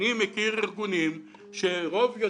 אין סתירה.